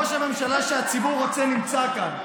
ראש הממשלה שהציבור רוצה נמצא כאן.